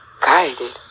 guided